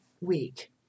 week